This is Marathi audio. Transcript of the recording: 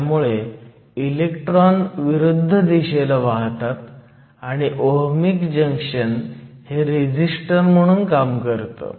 त्यामुळे इलेक्ट्रॉन विरुद्ध दिशेला वाहतात आणि ओहमीक जंक्शन हे रेझिस्टर म्हणून काम करतं